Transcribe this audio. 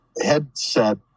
headset